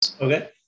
Okay